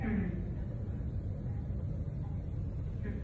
हं हं हं